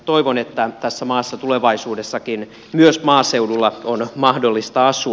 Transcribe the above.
toivon että tässä maassa tulevaisuudessakin myös maaseudulla on mahdollista asua